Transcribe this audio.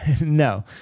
No